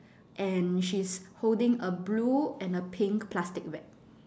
and she's holding a blue and a pink plastic bag